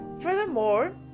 Furthermore